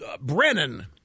Brennan